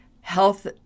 health